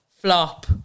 flop